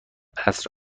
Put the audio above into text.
عصر